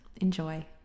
Enjoy